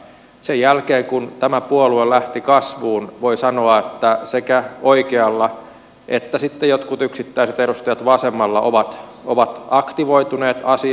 sen jälkeen kun tämä puolue lähti kasvuun voi sanoa että sekä jotkut oikealla että sitten jotkut yksittäiset edustajat vasemmalla ovat aktivoituneet asiassa